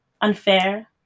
unfair